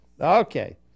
Okay